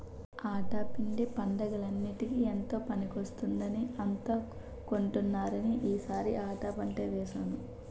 ఆటా పిండి పండగలన్నిటికీ ఎంతో పనికొస్తుందని అంతా కొంటున్నారని ఈ సారి ఆటా పంటే వేసాము